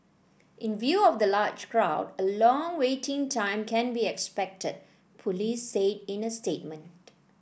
in view of the large crowd a long waiting time can be expected Police said in a statement